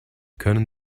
können